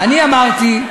אני אמרתי,